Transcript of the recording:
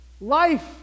life